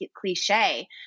cliche